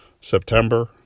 September